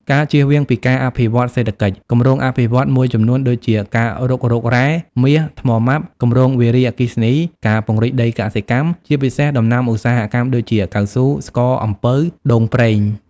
ការជ្រៀតជ្រែកពីការអភិវឌ្ឍសេដ្ឋកិច្ច គម្រោងអភិវឌ្ឍន៍មួយចំនួនដូចជា ការរុករករ៉ែ មាស ថ្មម៉ាប គម្រោងវារីអគ្គិសនី ការពង្រីកដីកសិកម្ម ជាពិសេសដំណាំឧស្សាហកម្មដូចជា កៅស៊ូ ស្ករអំពៅ ដូងប្រេង។